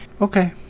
okay